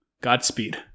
Godspeed